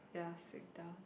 ya sit down